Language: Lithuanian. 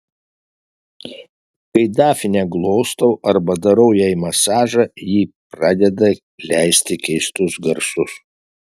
kai dafnę glostau arba darau jai masažą ji pradeda leisti keistus garsus